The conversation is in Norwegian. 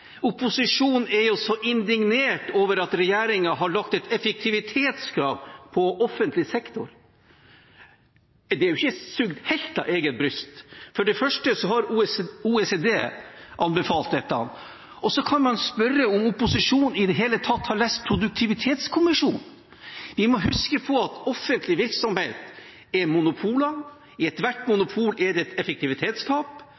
Opposisjonen er jo så indignert over at regjeringen har lagt et effektivitetskrav på offentlig sektor. Det er ikke sugd helt av eget bryst. For det første har OECD anbefalt det. Så kan man spørre om opposisjonen i det hele tatt har lest Produktivitetskommisjonen. Vi må huske på at offentlig virksomhet er monopoler. I ethvert